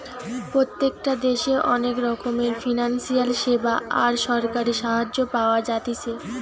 প্রত্যেকটা দেশে অনেক রকমের ফিনান্সিয়াল সেবা আর সরকারি সাহায্য পাওয়া যাতিছে